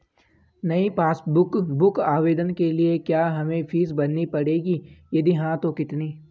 नयी passbook book आवेदन के लिए क्या हमें फीस भरनी पड़ेगी यदि हाँ तो कितनी?